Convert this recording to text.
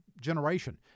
generation